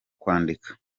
kwandika